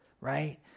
right